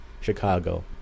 Chicago